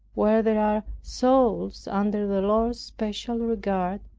where there are souls under the lord's special regard,